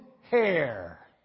hair